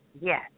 Yes